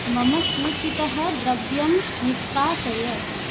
मम सूचीतः द्रव्यं निष्कासय